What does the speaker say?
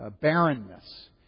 barrenness